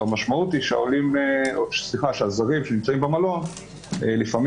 המשמעות היא שהזרים שנמצאים במלון לפעמים